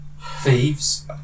thieves